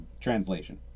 translation